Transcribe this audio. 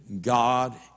God